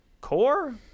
core